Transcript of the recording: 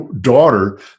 daughter